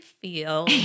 feel